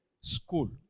school